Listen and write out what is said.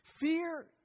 Fear